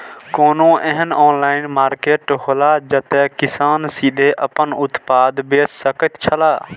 कोनो एहन online market हौला जते किसान सीधे आपन उत्पाद बेच सकेत छला?